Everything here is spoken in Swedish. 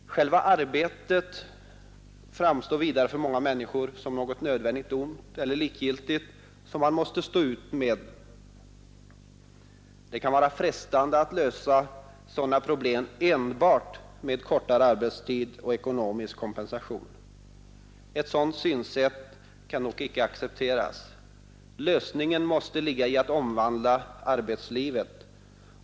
Själva arbetet framstår vidare för många människor som något nödvändigt ont eller likgiltigt som man måste stå ut med. Det kan vara frestande att lösa sådana problem enbart med kortare arbetstid och ekonomisk kompensation. Ett sådant synsätt kan dock inte accepteras. Lösningen måste ligga i att omvandla arbetslivet.